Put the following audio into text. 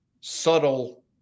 subtle